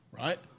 Right